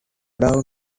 down